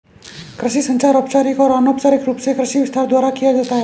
कृषि संचार औपचारिक और अनौपचारिक रूप से कृषि विस्तार द्वारा किया जाता है